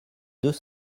deux